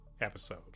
episode